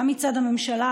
גם מצד הממשלה,